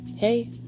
Hey